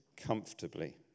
comfortably